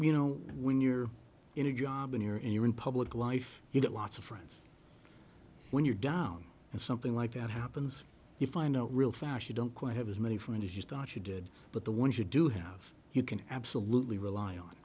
you know when you're in a job when you're in you're in public life you've got lots of friends when you're down and something like that happens you find out real fast you don't quite have as many friends as you thought you did but the ones you do have you can absolutely rely on